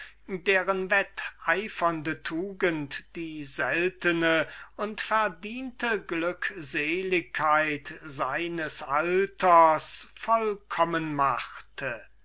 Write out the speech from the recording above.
deren wetteifernde tugend die seltene und verdiente glückseligkeit seines alters vollkommen machte